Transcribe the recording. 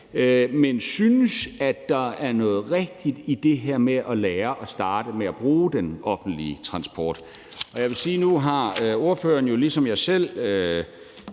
Men vi synes, der er noget rigtigt i det her med at lære at starte med at bruge den offentlige transport. Jeg vil sige, at nu har ordføreren jo ligesom jeg selv